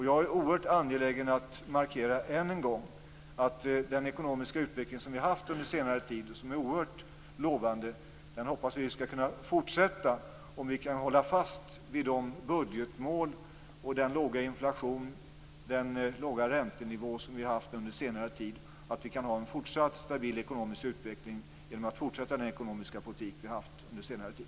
Jag är oerhört angelägen att än en gång markera att den ekonomiska utveckling som vi haft under senare tid är oerhört lovande, om vi kan hålla fast vid de budgetmål och den låga inflation och räntenivå som vi haft under senare tid. Vi kan ha en fortsatt stabil ekonomisk utveckling om vi upprätthåller den ekonomiska politik som vi haft under senare tid.